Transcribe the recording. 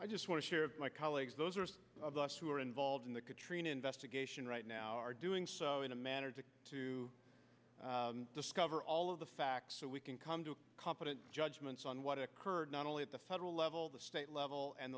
i just want to share of my colleagues those of us who are involved in the katrina investigation right now are doing so in a manner to to discover all of the facts so we can come to competent judgments on what occurred not only at the federal level the state level and